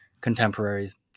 contemporaries